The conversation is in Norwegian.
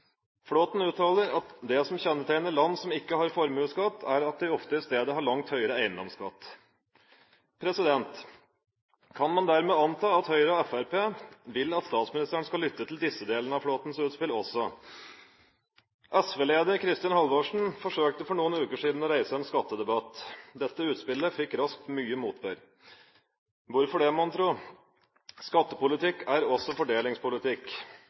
Flåthen uttaler at det som kjennetegner land som ikke har formuesskatt, er at de ofte i stedet har langt høyere eiendomsskatt. Kan man dermed anta at Høyre og Fremskrittspartiet vil at statsministeren skal lytte til disse delene av Flåthens utspill også? SV-leder Kristin Halvorsen forsøkte for noen uker siden å reise en skattedebatt. Dette utspillet fikk raskt mye motbør. Hvorfor det, mon tro? Skattepolitikk er også fordelingspolitikk.